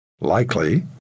likely